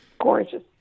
gorgeous